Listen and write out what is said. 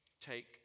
take